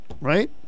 Right